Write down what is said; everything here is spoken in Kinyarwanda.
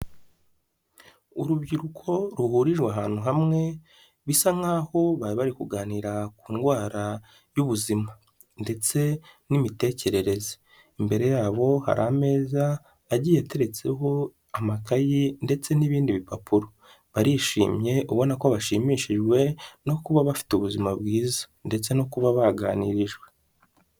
Urubyiruko ruhuririra ahantu hamwe bisa nkaho bari bari kuganira ku ndwara y'ubuzima ndetse n'imitekerereze, imbere yabo hari ameza agiye ateretseho amakayi ndetse n'ibindi bipapuro, barishimye ubona ko bashimishijwe no kuba bafite ubuzima bwiza ndetse no kuba baganirijwe.